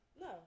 No